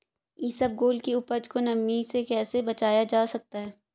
इसबगोल की उपज को नमी से कैसे बचाया जा सकता है?